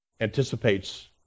anticipates